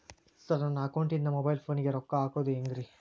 Sir ನನ್ನ ಅಕೌಂಟದಿಂದ mobile ಫೋನಿಗೆ ರೊಕ್ಕ ಹಾಕೋದು ಹೆಂಗ್ರಿ?